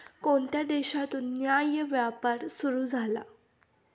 कोणत्या देशातून न्याय्य व्यापार सुरू झाला?